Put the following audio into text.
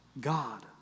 God